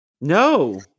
No